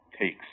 takes